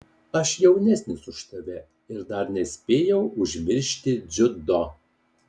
aš jaunesnis už tave ir dar nespėjau užmiršti dziudo